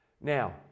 Now